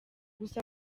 gusa